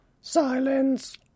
Silence